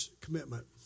commitment